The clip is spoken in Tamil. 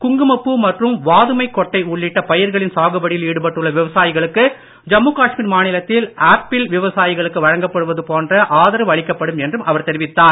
குங்குமப்பூ மற்றும் வாதுமைக் கொட்டை உள்ளிட்ட பயிர்களின் சாகுபடியில் ஈடுபட்டுள்ள விவசாயிகளுக்கு ஜம்மு காஷ்மீர் மாநிலத்தில் ஆப்பிள் விவசாயிகளுக்கு வழங்கப்படுவது போன்ற ஆதரவு அளிக்கப்படும் என்றும் அவர் தெரிவித்தார்